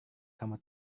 kamu